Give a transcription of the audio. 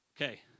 okay